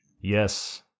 Yes